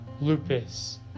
Lupus